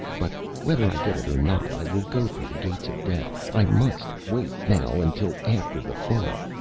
but whether i get it or not, i will go through the gates of death. i must wait, now, until after the thaw.